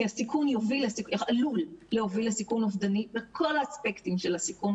כי הסיכון עלול להוביל לסיכון אובדני בכל האספקטים של הסיכון,